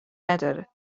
نداره